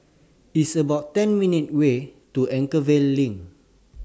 It's about ten minutes' Walk to Anchorvale LINK